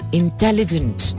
intelligent